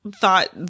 thought